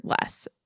less